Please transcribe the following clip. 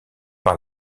par